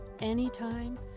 anytime